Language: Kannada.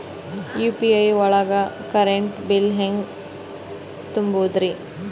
ಯು.ಪಿ.ಐ ಒಳಗ ಕರೆಂಟ್ ಬಿಲ್ ಹೆಂಗ್ ತುಂಬದ್ರಿ?